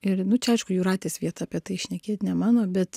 ir nu čia aišku jūratės vieta apie tai šnekėt ne mano bet